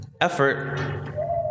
effort